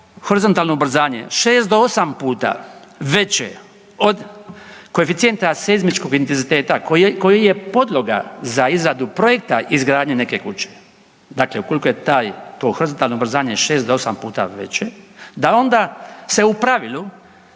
horizontalno ubrzanje 6 do 8 puta veće od koeficijenta seizmičkog intenziteta koji je podloga za izradu projekta izgradnje neke kuće, dakle ukoliko je taj, to horizontalno ubrzanje je 6 do 8 puta veće, da onda se u pravilu,